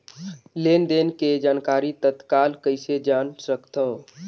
लेन देन के जानकारी तत्काल कइसे जान सकथव?